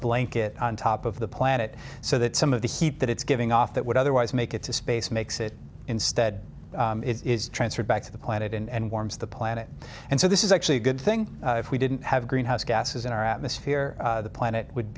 blanket on top of the planet so that some of the heat that it's giving off that would otherwise make it to space makes it instead it is transferred back to the planet and warms the planet and so this is actually a good thing if we didn't have greenhouse gases in our atmosphere the planet would